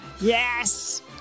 Yes